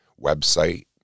website